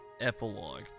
Epilogue